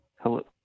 Hello